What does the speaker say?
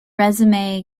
resume